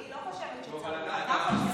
אני לא חושבת שצריך, אתה חושב שצריך.